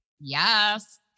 Yes